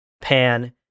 Pan